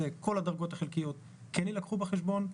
כל הדרגות החלקיות כן יילקחו בחשבון,